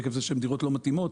עקב זה שהן דירות לא מתאימות.